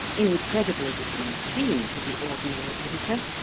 incredible as it may seem to the ordinary editor,